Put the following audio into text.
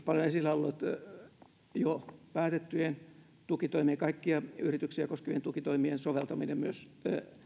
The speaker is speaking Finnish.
paljon esillä ollut jo päätettyjen tukitoimien kaikkia yrityksiä koskevien tukitoimien soveltaminen myös